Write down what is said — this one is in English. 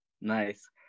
nice